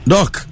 Doc